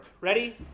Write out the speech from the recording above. Ready